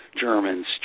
Germans